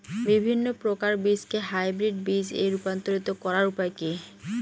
বিভিন্ন প্রকার বীজকে হাইব্রিড বীজ এ রূপান্তরিত করার উপায় কি?